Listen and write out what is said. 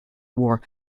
war